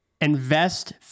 invest